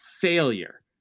failure